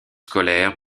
scolaire